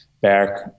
back